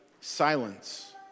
silence